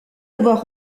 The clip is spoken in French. avoir